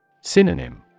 Synonym